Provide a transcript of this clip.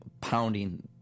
pounding